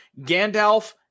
Gandalf